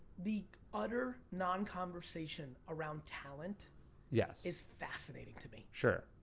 the utter non-conversation around talent yeah is fascinating to me. sure,